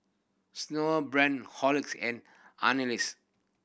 Snowbrand Horlicks and Ameltz